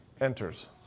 enters